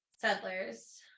settlers